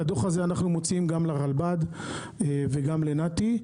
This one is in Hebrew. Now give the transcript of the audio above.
את הדוח הזה אנחנו מוציאים גם לרלב"ד וגם לנת"י.